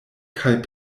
kaj